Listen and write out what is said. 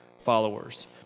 followers